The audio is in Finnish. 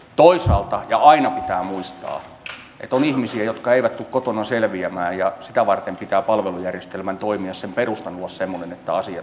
toisaalta ja aina pitää muistaa että on ihmisiä jotka eivät tule kotona selviämään ja sitä varten pitää palvelujärjestelmän toimia sen perustan olla semmoinen että asiat ovat kunnossa